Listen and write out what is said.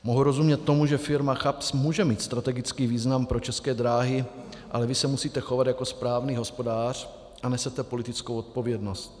Mohu rozumět tomu, že firma CHAPS může mít strategický význam pro České dráhy, ale vy se musíte chovat jako správný hospodář a nesete politickou odpovědnost.